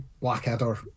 Blackadder